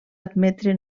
admetre